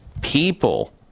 people